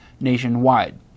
nationwide